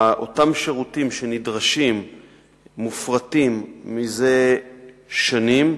אותם שירותים שנדרשים מופרטים זה שנים,